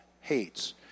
hates